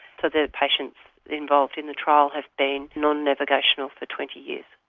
so the patients involved in the trial have been non-navigational for twenty years.